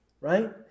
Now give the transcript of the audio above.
right